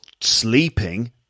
sleeping